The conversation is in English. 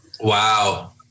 Wow